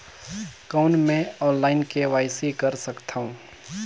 कौन मैं online KYC कर सकथव?